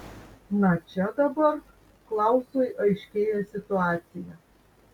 na čia dabar klausui aiškėja situacija